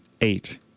eight